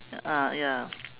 ah ya